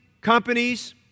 companies